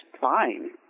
fine